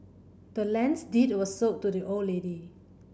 the land's deed was sold to the old lady